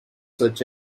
such